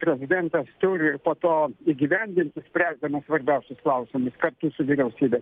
prezidentas turi po to įgyvendinti spręsdamas svarbiausius klausimus kartu su vyriausybe